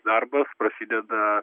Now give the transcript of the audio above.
darbas prasideda